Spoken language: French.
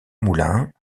moulins